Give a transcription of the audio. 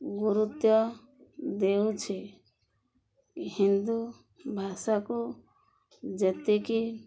ଗୁରୁତ୍ୱ ଦେଉଛି ହିନ୍ଦୁ ଭାଷାକୁ ଯେତିକି